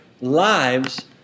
lives